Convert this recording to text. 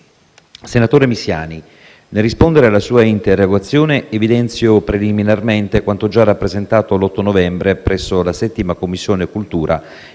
senatore Misiani, nel rispondere alla sua interrogazione evidenzio preliminarmente quanto già rappresentato l'8 novembre presso la 7a Commissione in